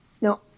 no